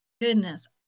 goodness